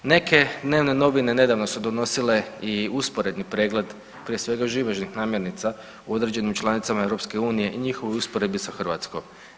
Neke dnevne novine nedavno su donosile i usporedni pregled prije svega živežnih namirnica u određenim članicama EU i njihovoj usporedbi sa Hrvatskom.